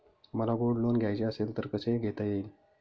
मला gold loan घ्यायचे असेल तर कसे घेता येईल?